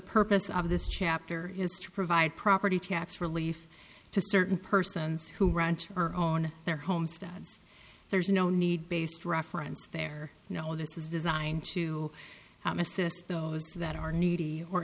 purpose of this chapter is to provide property tax relief to certain persons who ranch or own their home stands there's no need based reference there you know this is designed to assist those that are needy or